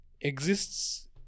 exists